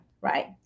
right